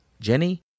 Jenny